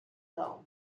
town